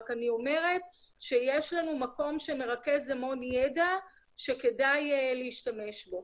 רק אני אומרת שיש לנו מקום שמרכז המון ידע שכדאי להשתמש בו.